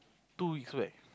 two weeks back